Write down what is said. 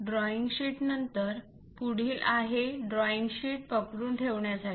drawing sheet नंतर पुढील आहे ड्रॉईंग शीट पकडून ठेवण्यासाठी